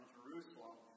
Jerusalem